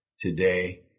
today